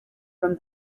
from